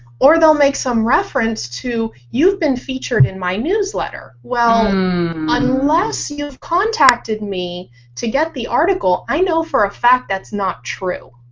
or they'll make some reference to you've been featured in my newsletter. well unless you have contacted me to get the article, i know for a fact that's not true.